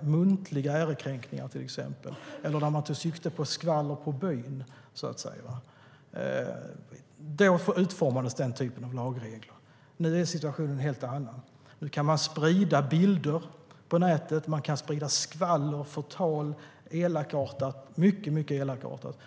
muntliga ärekränkningar, skvaller på byn så att säga. Då utformades den typen av lagregler. Nu är situationen en helt annan. Man kan sprida bilder på nätet. Man kan sprida mycket elakartat skvaller och förtal.